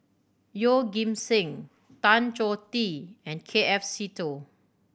Yeoh Ghim Seng Tan Choh Tee and K F Seetoh